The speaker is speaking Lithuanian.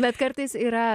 bet kartais yra